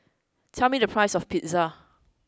tell me the price of Pizza